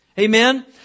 Amen